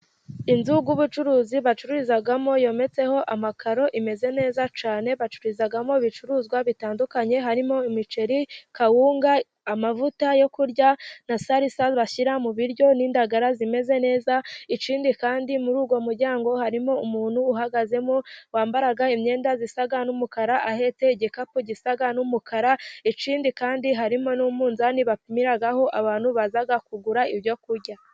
Inzu y'ubucuruzi bacururizamo yometseho amakaro imeze neza cyane bacururizamo ibicuruzwa bitandukanye harimo: imiceri, kawunga, amavuta yo kurya, na salisa bashyira mu biryo n'indagara zimeze neza, ikindi kandi muri uwo muryango harimo umuntu uhagazemo wambaye imyenda isa n'umukara ahetse igikapu gisa n'umukara, ikindi kandi harimo n'umunzani bapimiraho abantu baza kugura ibyo kurya.